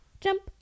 Jump